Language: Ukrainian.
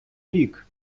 рік